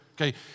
Okay